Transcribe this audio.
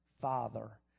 father